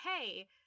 hey